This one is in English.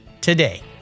today